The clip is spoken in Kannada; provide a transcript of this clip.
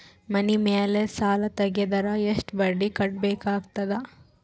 ಮನಿ ಮೇಲ್ ಸಾಲ ತೆಗೆದರ ಎಷ್ಟ ಬಡ್ಡಿ ಕಟ್ಟಬೇಕಾಗತದ?